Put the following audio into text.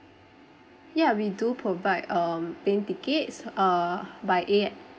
ya we do provide um plane tickets uh by air